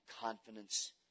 confidence